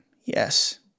Yes